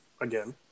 again